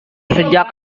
sejak